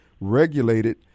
regulated